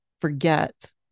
forget